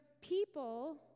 people